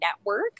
network